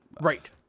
Right